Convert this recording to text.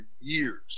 years